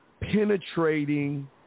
penetrating